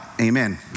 Amen